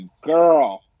girl